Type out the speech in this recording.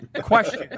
Question